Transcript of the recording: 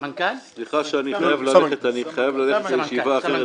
סליחה שאני חייב ללכת לישיבה אחרת.